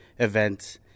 Event